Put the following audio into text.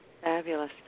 Fabulous